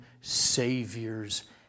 Savior's